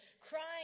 crying